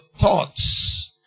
thoughts